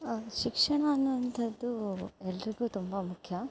ಶಿಕ್ಷಣ ಅನ್ನುವಂತದ್ದು ಎಲ್ಲರಿಗು ತುಂಬ ಮುಖ್ಯ